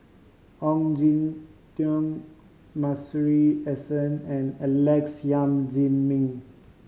Ong Jin Teong Masuri S N and Alex Yam Ziming